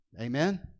Amen